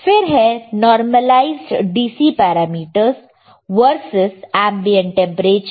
फिर है normalised DC parameters versus ambient temperature